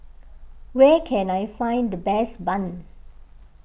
where can I find the best Bun